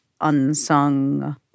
unsung